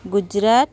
Gujarat